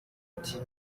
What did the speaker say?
ati